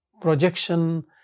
projection